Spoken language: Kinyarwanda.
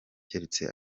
keretse